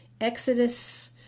Exodus